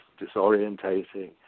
disorientating